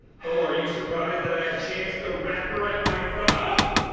oh, are you surprised that i have chance the rapper at my prom?